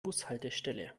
bushaltestelle